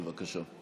בבקשה.